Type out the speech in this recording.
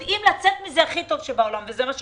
יודעים לצאת מזה הכי טוב שבעולם וזה מה שקרה.